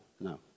No